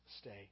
stay